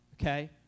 okay